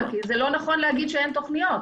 כי זה לא נכון להגיד שאין תוכניות.